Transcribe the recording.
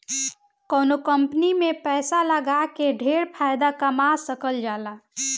कवनो कंपनी में पैसा लगा के ढेर फायदा कमा सकल जाला